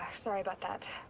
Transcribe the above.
sorry about that.